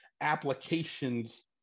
applications